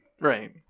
Right